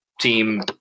team